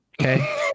okay